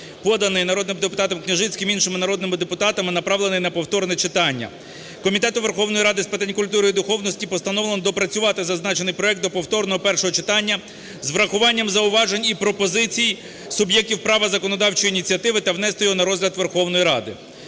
поданий народним депутатом Княжицьким і іншими народними депутатами, направлений на повторне читання. Комітету Верховної Ради з питань культури і духовності постановлено доопрацювати зазначений проект до повторного першого читання з урахуванням зауважень і пропозицій суб'єктів права законодавчої ініціативи та внести його на розгляд Верховної Ради.